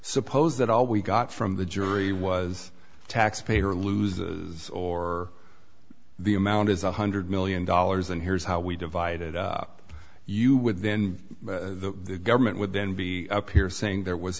suppose that all we got from the jury was taxpayer loses or the amount is one hundred million dollars and here's how we divide it up you would then the government would then be up here saying there was